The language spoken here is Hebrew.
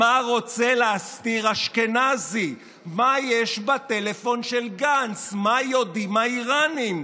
מה רוצה להסתיר אשכנזי?; מה יש בטלפון של גנץ?; מה יודעים האיראנים?